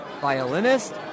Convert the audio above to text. violinist